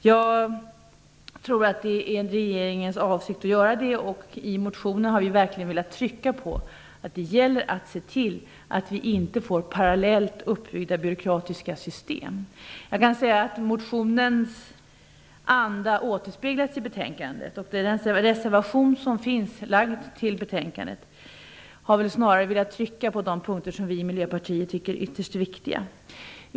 Jag tror att det är regeringens avsikt att göra det. I motionen har vi verkligen velat trycka på att det gäller att se till att vi inte få parallellt uppbyggda byråkratiska system. Jag kan säga att motionens anda återspeglas i betänkandet. I den reservation som finns fogad till betänkandet har jag snarare velat betona de punkter som vi i Miljöpartiet tycker är ytterst viktiga.